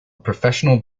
professional